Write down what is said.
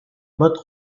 motte